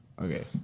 Okay